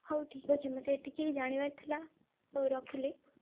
ହଉ ଠିକ୍ ଅଛି ମୋତେ ଏତିକି ଜାଣିବାର ଥିଲା ହଉ ରଖିଲି